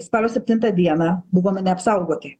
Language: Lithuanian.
spalio septintą dieną buvome neapsaugoti